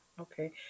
Okay